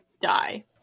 die